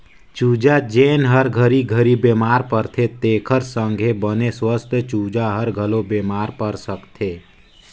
चूजा जेन हर घरी घरी बेमार परथे तेखर संघे बने सुवस्थ चूजा हर घलो बेमार पर सकथे